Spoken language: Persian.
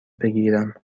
بگیرم